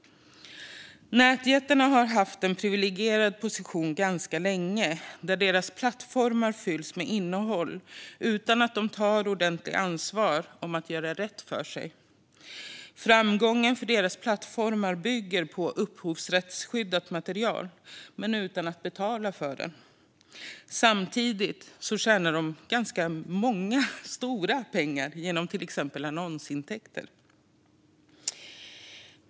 Nätjättarna har haft en privilegierad position ganska länge. Deras plattformar fylls med innehåll utan att de tar ordentligt ansvar för att göra rätt för sig. Framgången för deras plattformar bygger på upphovsrättsskyddat material men utan att de betalar för det. Samtidigt tjänar de ganska stora pengar på till exempel annonsintäkter.